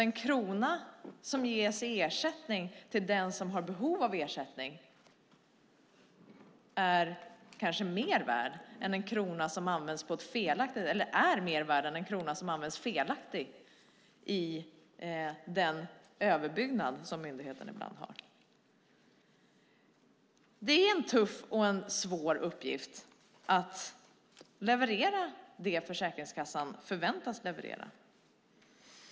En krona som ges i ersättning till den som har behov av ersättning är mer värd än den krona som används felaktigt i den överbyggnad som myndigheten har. Det är en tuff och svår uppgift att leverera det Försäkringskassan förväntas leverera.